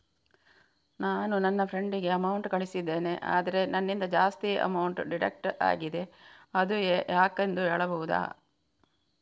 ನಾನು ನನ್ನ ಫ್ರೆಂಡ್ ಗೆ ಅಮೌಂಟ್ ಕಳ್ಸಿದ್ದೇನೆ ಆದ್ರೆ ನನ್ನಿಂದ ಜಾಸ್ತಿ ಅಮೌಂಟ್ ಡಿಡಕ್ಟ್ ಆಗಿದೆ ಅದು ಯಾಕೆಂದು ಹೇಳ್ಬಹುದಾ?